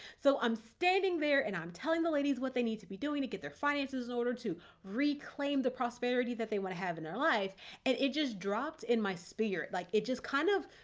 so i'm standing there and i'm telling the ladies what they need to be doing to get their finances in order, to reclaim the prosperity that they want to have in their life and it just dropped in my spirit. like it just kind of.